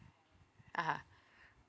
(uh huh)